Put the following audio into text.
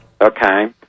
Okay